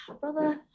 brother